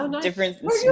different